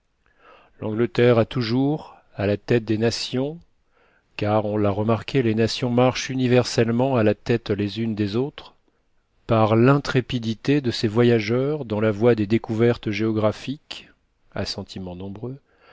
l'angleterre a toujours à la tête des nations car on l'a remarqué les nations marchent universellement à la tête les unes des autres par l'intrépidité de ses voyageurs dans la voie des découvertes géographiques